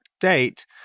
date